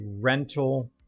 rental